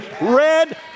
red